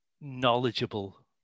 knowledgeable